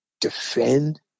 defend